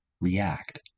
react